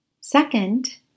Second